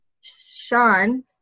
Sean